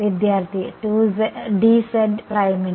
വിദ്യാർത്ഥി d z പ്രൈമിന്